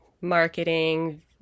marketing